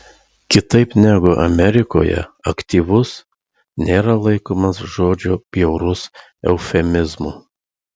kitaip negu amerikoje aktyvus nėra laikomas žodžio bjaurus eufemizmu